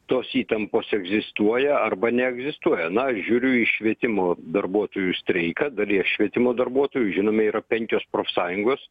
tos įtampos egzistuoja arba neegzistuoja na aš žiūriu į švietimo darbuotojų streiką dalies švietimo darbuotojų žinome yra penkios profsąjungos